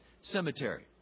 cemetery